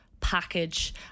package